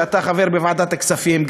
ואתה חבר בוועדת הכספים,